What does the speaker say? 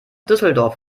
düsseldorf